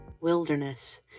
wilderness